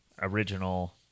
original